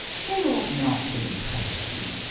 they ought not to depress you.